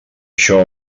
això